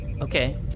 Okay